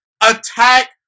attack